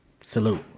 Salute